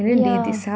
yeah